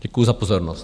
Děkuji za pozornost.